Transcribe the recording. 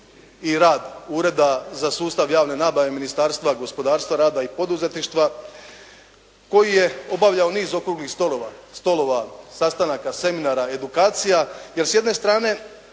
i rad Ureda za sustav javne nabave Ministarstva gospodarstva, rada i poduzetništva koji je obavljao niz okruglih stolova, sastanaka, seminara, edukacija, jer s jedne strane